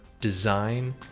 design